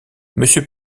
monsieur